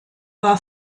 war